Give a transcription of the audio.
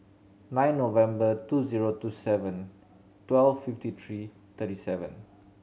nine November two zero two seven twelve fifty three thirty seven